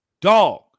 dog